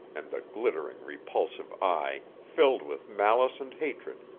and the glittering, repulsive eye, filled with malice and hatred,